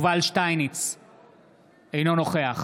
אינו נוכח